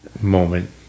moment